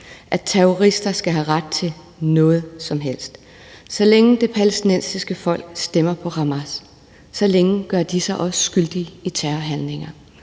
at terrorister skal have ret til noget som helst. Så længe det palæstinensiske folk stemmer på Hamas, gør de sig også skyldige i terrorhandlinger.